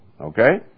okay